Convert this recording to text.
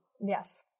Yes